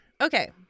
Okay